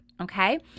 okay